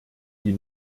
die